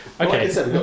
Okay